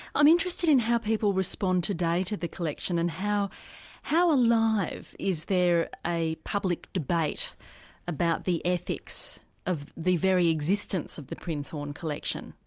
i'm interested in how people respond today to the collection and how how alive. is there a the public debate about the ethics of the very existence of the prinzhorn collection?